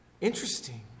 Interesting